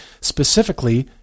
specifically